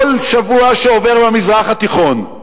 כל שבוע שעובר במזרח התיכון,